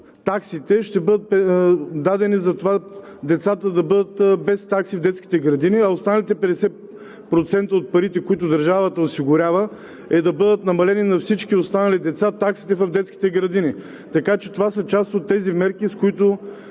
градини, ще бъдат дадени за това децата да бъдат без такси в детските градини, а останалите 50% от парите, които държавата осигурява, е да бъдат намалени таксите на всички останали деца в детските градини. Така че това са част от тези мерки, с които